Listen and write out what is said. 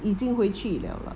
已经回去了了